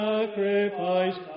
Sacrifice